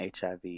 HIV